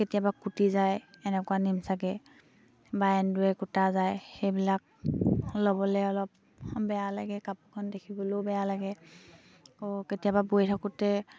কেতিয়াবা কুটি যায় এনেকুৱা বা এন্দুৱে কুটা যায় সেইবিলাক ল'বলে অলপ বেয়া লাগে কাপোৰখন দেখিবলৈও বেয়া লাগে আকৌ কেতিয়াবা বৈ থাকোঁতে